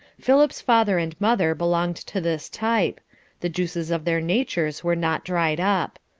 philip's father and mother belonged to this type the juices of their natures were not dried up.